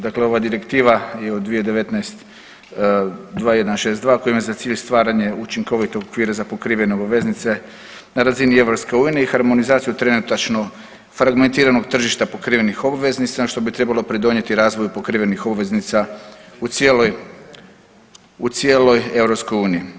Dakle, ova Direktiva je od 2019. 2162 koja ima za cilj stvaranje učinkovitog okvira za pokrivene obveznice na razini Europske unije i harmonizaciju trenutačno fragmentiranog tržišta pokrivenih obveznica što bi trebalo pridonijeti razvoju pokrivenih obveznica u cijeloj Europskoj uniji.